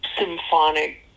symphonic